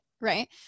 Right